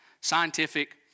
scientific